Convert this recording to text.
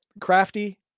crafty